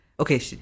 Okay